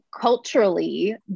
culturally